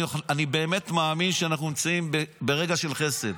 אני באמת מאמין שאנחנו נמצאים ברגע של חסד.